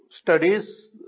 studies